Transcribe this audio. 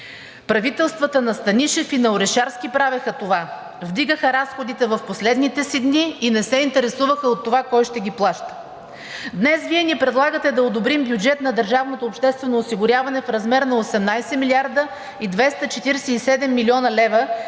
Правителствата на Станишев и на Орешарски правеха това – вдигаха разходите в последните си дни и не се интересуваха от това кой ще ги плаща. Днес Вие ни предлагате да одобрим бюджет на държавното обществено осигуряване в размер на 18 млрд. 248 млн. лв.,